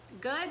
good